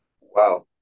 Wow